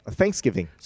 thanksgiving